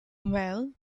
well